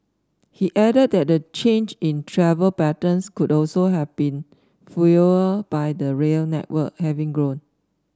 he added that the change in travel patterns could also have been fuelled by the rail network having grown